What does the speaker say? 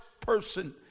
person